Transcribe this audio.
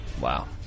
Wow